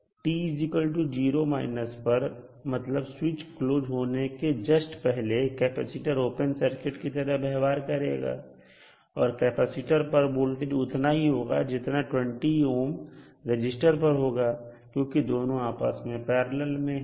t0 पर मतलब switch close होने से जस्ट पहले कैपेसिटर ओपन सर्किट की तरह व्यवहार करेगा और कैपेसिटर पर वोल्टेज उतना ही होगा जितना 20 ohm रजिस्टर पर होगा क्योंकि दोनों आपस में पैरलल में हैं